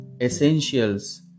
essentials